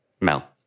Mel